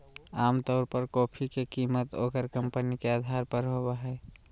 आमतौर पर कॉफी के कीमत ओकर कंपनी के अधार पर होबय हइ